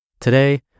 Today